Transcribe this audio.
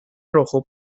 rojo